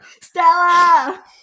Stella